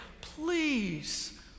Please